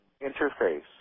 interface